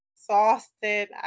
exhausted